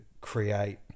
create